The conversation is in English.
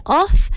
off